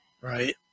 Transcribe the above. Right